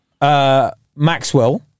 Maxwell